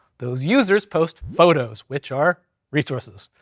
those users post photos, which are resources,